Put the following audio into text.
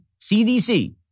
CDC